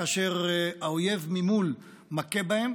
כאשר האויב ממול מכה בהם,